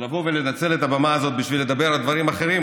ולבוא ולנצל את הבמה הזאת בשביל לדבר על דברים אחרים,